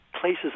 places